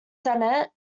senate